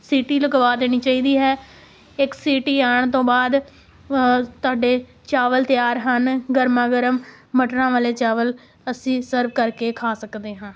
ਸੀਟੀ ਲਗਵਾ ਦੇਣੀ ਚਾਹੀਦੀ ਹੈ ਇੱਕ ਸੀਟੀ ਆਉਣ ਤੋਂ ਬਾਅਦ ਤੁਹਾਡੇ ਚਾਵਲ ਤਿਆਰ ਹਨ ਗਰਮਾ ਗਰਮ ਮਟਰਾਂ ਵਾਲੇ ਚਾਵਲ ਅਸੀਂ ਸਰਵ ਕਰਕੇ ਖਾ ਸਕਦੇ ਹਾਂ